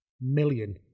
million